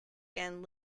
end